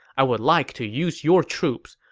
i would like to use your troops.